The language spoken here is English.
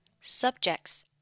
subjects